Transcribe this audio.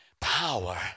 power